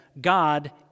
God